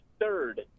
third